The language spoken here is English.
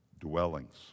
dwellings